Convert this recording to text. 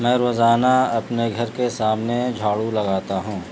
میں روزانہ اپنے گھر کے سامنے جھاڑو لگاتا ہوں